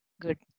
good